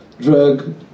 drug